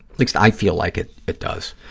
least i feel like it it does,